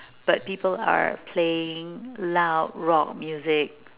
but people are playing loud rock music